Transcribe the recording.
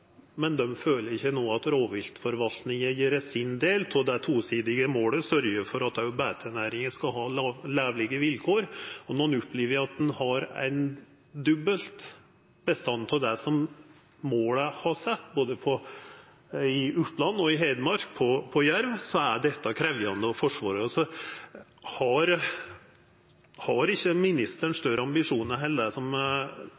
men føler ikkje no at rovviltforvaltninga gjer sin del av det tosidige målet: å sørgja for at òg beitenæringa skal ha levelege vilkår. Når ein opplever at ein har dobbel bestand av det målet som er sett både i Oppland og i Hedmark på jerv, er dette krevjande å forsvara. Har ikkje